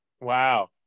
wow